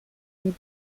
and